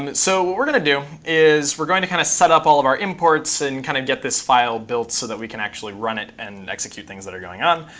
um so what we're going to do is we're going to kind of setup all of our imports and kind of get this file built so that we can actually run it and execute things that are going on.